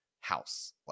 house